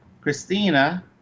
Christina